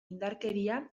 indarkeria